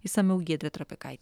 išsamiau giedrė trapikaitė